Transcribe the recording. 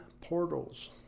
portals